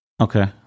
okay